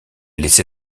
laissé